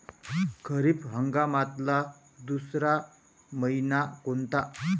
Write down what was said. खरीप हंगामातला दुसरा मइना कोनता?